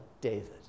David